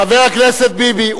חבר הכנסת ביבי,